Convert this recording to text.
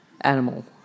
animal